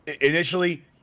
initially